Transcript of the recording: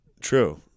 True